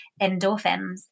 endorphins